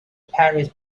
paris